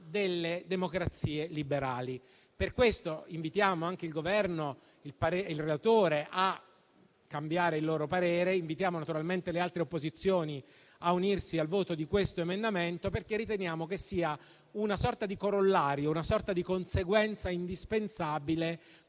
delle democrazie liberali. Per questo invitiamo anche il Governo e il relatore a cambiare il loro parere. Invitiamo naturalmente le altre opposizioni a unirsi al voto di questo emendamento, perché riteniamo che sia una sorta di corollario, una sorta di conseguenza indispensabile